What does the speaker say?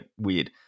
weird